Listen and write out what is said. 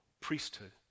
priesthood